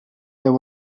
there